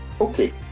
Okay